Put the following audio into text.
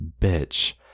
bitch